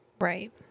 Right